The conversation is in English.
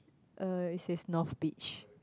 uh it says north beach